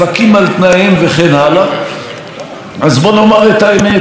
אז בוא נאמר את האמת,